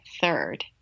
third